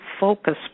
focus